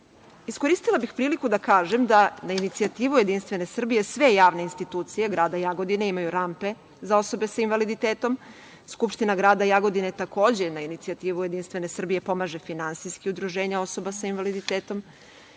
prioritete. Iskoristila bih priliku da kažem da na inicijativu JS sve javne institucije grada Jagodine imaju rampe za osobe sa invaliditetom. Skupština grada Jagodine takođe na inicijativu JS pomaže finansijski Udruženja osoba sa invaliditetom